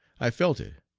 i felt it,